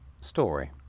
story